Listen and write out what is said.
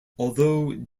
although